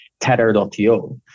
tether.io